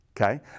okay